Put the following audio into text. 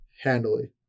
handily